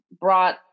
brought